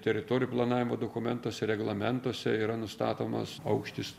teritorijų planavimo dokumentuose reglamentuose yra nustatomas aukštis